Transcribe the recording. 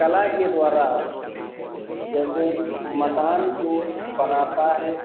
कला के द्वारा जैसे मकान को बनाता है